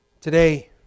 Today